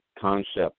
concept